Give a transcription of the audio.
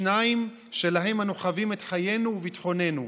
שניים שלהם אנו חבים את חיינו וביטחוננו,